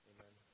Amen